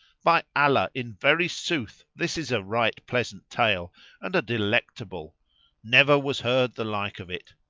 by allah in very sooth this is a right pleasant tale and a delectable never was heard the like of it,